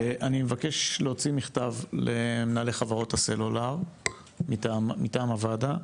אני מבקש להוציא מכתב למנהלי חברות הסלולר מטעם הוועדה,